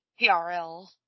PRL